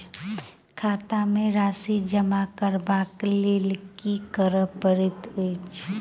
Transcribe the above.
खाता मे राशि जमा करबाक लेल की करै पड़तै अछि?